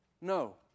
No